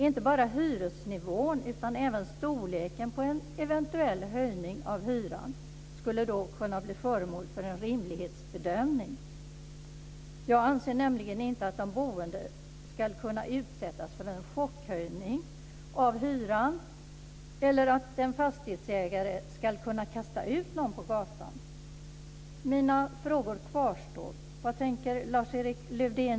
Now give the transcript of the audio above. Inte bara hyresnivån utan även storleken på en eventuell höjning av hyran skulle då kunna bli föremål för en rimlighetsbedömning. Jag anser nämligen inte att de boende ska kunna utsättas för en chockhöjning av hyran eller att en fastighetsägare ska kunna kasta ut någon på gatan.